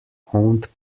owned